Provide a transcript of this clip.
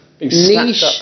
niche